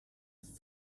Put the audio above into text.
ist